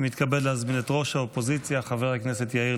התשפ"ד 2024, מאת חבר הכנסת ינון